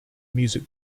music